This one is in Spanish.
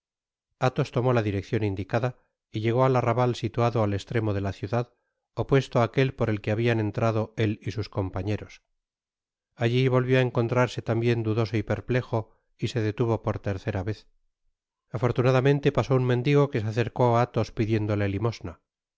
athos tomó la direccion indicada y llegó al arrabal situado al estremo de la ciudad opuesto á aquel por el que habian entrado él y sus compañeros alli volvió á encontrarse tambien dudoso y perplejo y se detuvo por tercera vez afortunadamente pasó un mendigo que se acercó á athos pidiéndole limosna